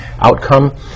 outcome